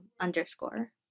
underscore